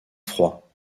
froids